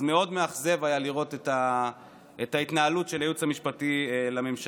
אז מאוד מאכזב היה לראות את ההתנהלות של הייעוץ המשפטי לממשלה,